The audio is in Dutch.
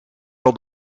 wel